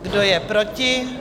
Kdo je proti?